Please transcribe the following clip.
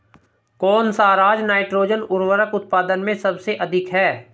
कौन सा राज नाइट्रोजन उर्वरक उत्पादन में सबसे अधिक है?